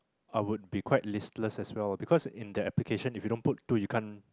I would be quite listless as well because in that application if you don't put two you can't